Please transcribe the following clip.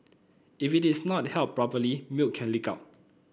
if it is not held properly milk can leak out